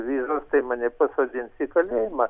vizos tai mane pasodins į kalėjimą